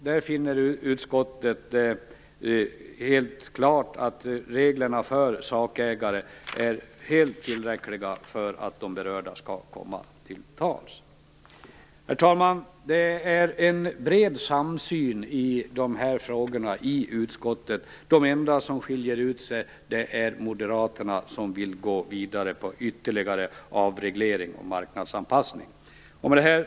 Där finner utskottet det helt klart att reglerna om sakägare är tillräckliga för att de berörda skall komma till tals. Det råder en bred samsyn i dessa frågor i utskottet. De enda som skiljer ut sig är moderaterna som vill gå vidare med ytterligare avreglering och marknadsanpassning. Herr talman!